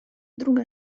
druga